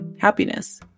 happiness